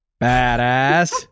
Badass